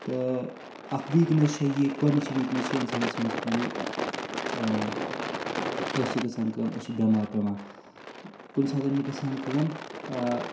تہٕ اَکھ ویٖکنٮس چھِ یہِ گۄڈنِچ ویٖکنیس چھِ اِنسانَس منٛز کہِ أسۍ چھِ گژھان کٲم أسۍ چھِ بٮ۪مار پٮ۪وان کُنہِ ساتہٕ چھِ گژھان کٲم